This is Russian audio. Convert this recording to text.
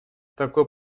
такой